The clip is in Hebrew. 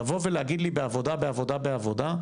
לבוא ולהגיד לי בעבודה, בעבודה, בעבודה,